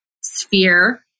sphere